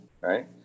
Right